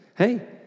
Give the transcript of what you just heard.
Hey